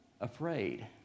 afraid